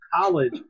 college